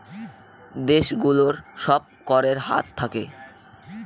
দেশ গুলোর সব করের হার থাকে